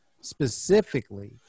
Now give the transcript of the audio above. specifically